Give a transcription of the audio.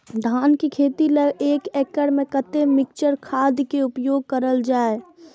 धान के खेती लय एक एकड़ में कते मिक्चर खाद के उपयोग करल जाय?